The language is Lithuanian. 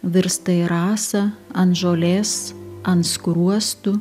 virsta į rasą ant žolės ant skruostų